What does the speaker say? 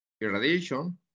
irradiation